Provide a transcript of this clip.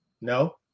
No